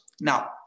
Now